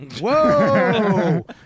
Whoa